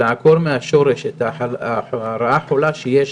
צריך לעקור מהשורש את הרעה החולה שיש